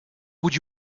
would